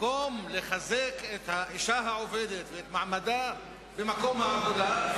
במקום לחזק את האשה העובדת ואת מעמדה במקום העבודה,